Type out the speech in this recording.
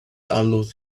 allowed